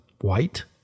white